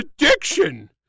addiction